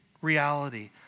reality